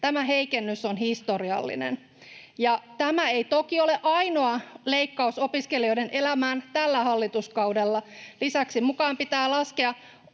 Tämä heikennys on historiallinen. Ja tämä ei toki ole ainoa leikkaus opiskelijoiden elämään tällä hallituskaudella. Lisäksi mukaan pitää laskea